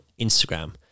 Instagram